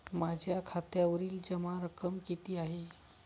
माझ्या खात्यावरील जमा रक्कम किती आहे?